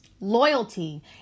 Loyalty